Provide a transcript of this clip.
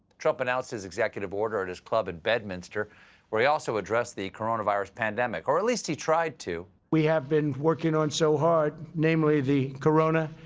trump announced his executive order at his club in bedminster where he also addressed the coronavirus pandemic, or at least he tried to. we have been working on so hard namely the corona,